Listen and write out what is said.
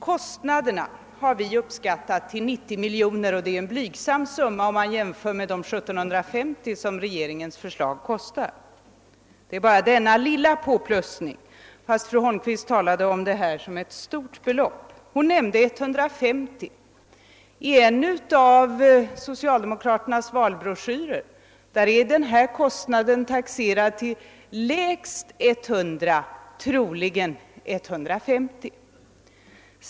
Vi har uppskattat kostnaderna till 90 miljoner kronor, och detta är en blygsam summa jämförd med de 1750 miljoner som regeringens förslag kostar. Fru Holmqvist talade om detta som ett stort belopp och nämnde 150 miljoner. I en av socialdemokraternas valbroschyrer taxeras denna kostnad till lägst 100, troligen 150 miljoner.